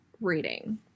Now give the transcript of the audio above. reading